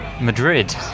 Madrid